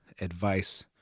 advice